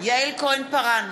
יעל כהן-פארן,